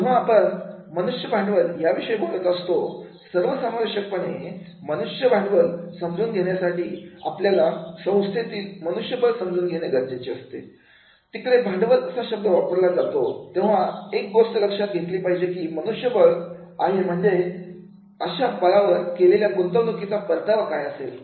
जेव्हा आपण पण मनुष्य भांडवल या विषयी बोलत असतो सर्वसमावेशक पणे मनुष्य भांडवल समजून घेण्यासाठी आपल्याला संस्थेमधील मनुष्यबळ समजून घेणे गरजेचे असते तिकडे भांडवल असा शब्द वापरला जातो तेव्हा एक गोष्ट लक्षात घेतली पाहिजे की मनुष्यबळ आहे म्हणजे अशा मनुष्यबळावर केलेल्या गुंतवणुकीचा परतावा काय असेल